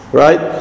right